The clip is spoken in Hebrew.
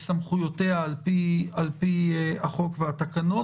סמכויותיה על פי החוק והתקנות,